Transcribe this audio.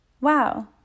Wow